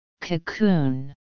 Cocoon